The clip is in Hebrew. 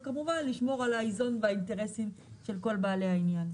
וכמובן לשמור על האיזון והאינטרסים של כל בעלי העניין.